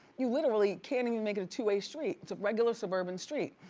you literally can't even make it a two-way street. it's a regular suburban street.